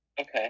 Okay